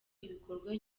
igikorwa